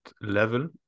level